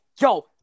Yo